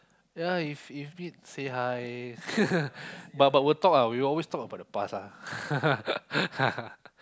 ya if if meet say hi but but will talk ah we always talk about the past ah